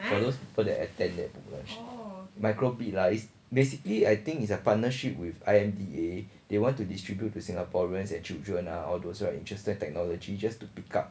for those people that attend that launch micro bit lah is basically I think is a partnership with I_M_D_A they want to distribute to singaporeans and children all those right interested in technology just to pick up